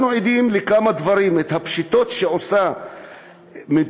אנחנו עדים לכמה דברים: הפשיטות שעושה ממשלת